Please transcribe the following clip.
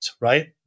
right